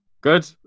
Good